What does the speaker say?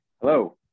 Hello